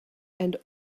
and